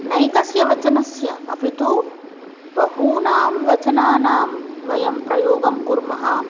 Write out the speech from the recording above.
नैकस्य वचनस्य अपि तु बहूनां वचनानां वयं प्रयोगं कुर्मः